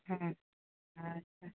हँ अच्छा